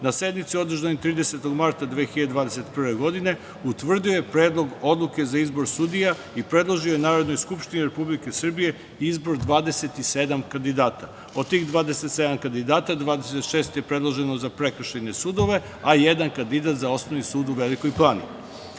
na sednici održanoj 30. marta 2021. godine, utvrdio predlog odluke za izbor sudija i predložio je Narodnoj skupštini Republike Srbije izbor 27 kandidata. Od tih 27 kandidata, 26 je predloženo za prekršajne sudove, a jedan kandidat za Osnovni sud u Velikoj